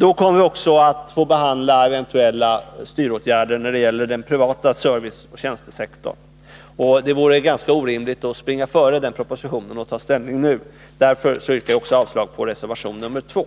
Då kommer vi också att få behandla frågan om eventuella styråtgärder när det gäller den privata serviceoch tjänstesektorn, och det vore ganska orimligt att springa före den propositionen och ta ställning nu. Därför yrkar jag också avslag på reservation 2.